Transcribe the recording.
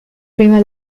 prima